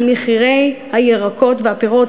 על מחירי הירקות והפירות.